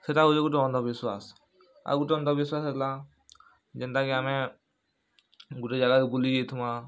ସେଟା ହେଉଛେ ଗୁଟେ ଅନ୍ଧ ବିଶ୍ୱାସ୍ ଆଉ ଗୁଟେ ଅନ୍ଧ ବିଶ୍ୱାସ୍ ହେଲା ଜେନ୍ତା କି ଆମେ ଗୁଟେ ଜାଗାକେ ବୁଲି ଯେଇଥିମା